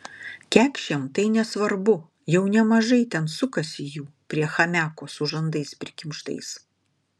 kekšėm tai nesvarbu jau nemažai ten sukasi jų prie chamiako su žandais prikimštais